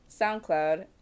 soundcloud